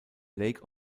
lake